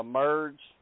merge